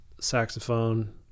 saxophone